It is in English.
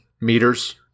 meters